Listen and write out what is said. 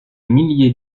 milliers